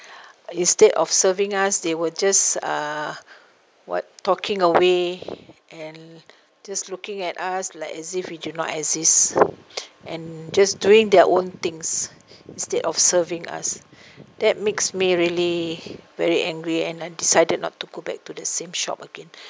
instead of serving us they will just uh what talking away and just looking at us like as if we do not exist and just doing their own things instead of serving us that makes me really very angry and I decided not to go back to the same shop again